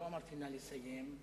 לא אמרתי "נא לסיים",